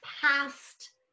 past